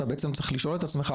אתה צריך לשאול את עצמך,